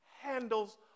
handles